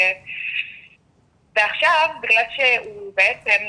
ועכשיו בגלל שהוא בעצם,